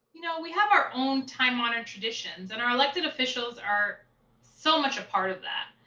you know we have our own time-honored traditions and our elected officials are so much a part of that.